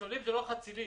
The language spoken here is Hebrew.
ניצולים הם לא חצילים.